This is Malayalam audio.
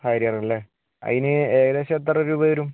ഹാരിയറല്ലേ അതിനു ഏകദേശം എത്ര രൂപ വരും